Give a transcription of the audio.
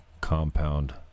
compound